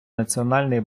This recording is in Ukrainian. національної